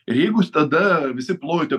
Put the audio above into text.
ir jeigu jūs tada visi plojote